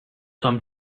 some